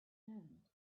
hand